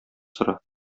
сора